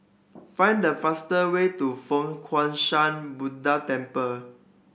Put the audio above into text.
find the fastest way to Fo Guang Shan Buddha Temple